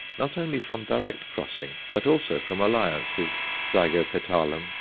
not only from direct crossing, but also from alliance with zygopetalum,